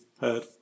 heard